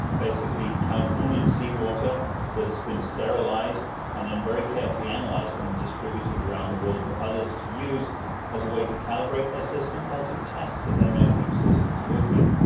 basically californian seawater that has been sterilised and then very carefully and like analysed and distributed around the world for others to use as a way to calibrate their system or to test that their measuring system is working.